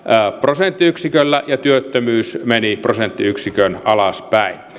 prosenttiyksiköllä ja työttömyys meni prosenttiyksikön alaspäin